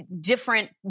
different